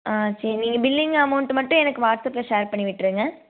ஆ சரி நீங்கள் billing amount மட்டும் எனக்கு வாட்ஸ்ஆப்பில் ஷேர் பண்ணி விட்டுருங்க